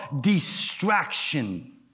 distraction